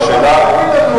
יבוא מחר יגיד לנו.